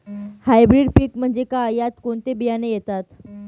Hybrid पीक म्हणजे काय? यात कोणते बियाणे येतात?